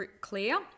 clear